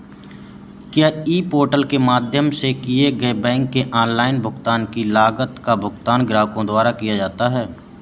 क्या e portal के माध्यम से किए गए बैंक के ऑनलाइन भुगतान की लागत का भुगतान ग्राहकों द्वारा किया जाता है?